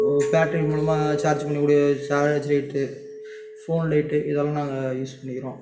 battery மூலமாக charge பண்ணிக்கக்கூடிய charge light phone light இதெல்லாம் நாங்கள் யூஸ் பண்ணிக்கிறோம்